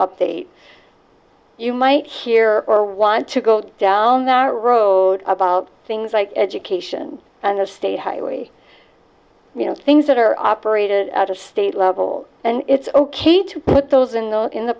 update you might hear or want to go down that road about things like education and the state highway things that are operated at a state level and it's ok to put those in the in the